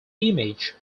image